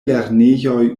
lernejoj